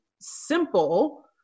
simple